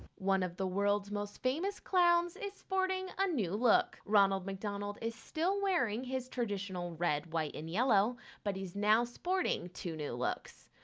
one of the world's most famous clowns is sporting a new look. ronald mcdonald is still wearing his traditional red, white and yellow but he is now sporting two new looks.